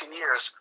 years